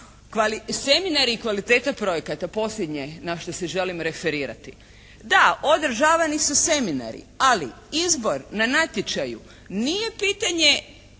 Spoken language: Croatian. Seminari i kvaliteta proizvoda posljednje na što se želim referirati. Da, održavani su seminari, ali izbor na natječaju nije pitanje